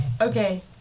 Okay